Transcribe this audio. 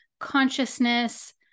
consciousness